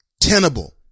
tenable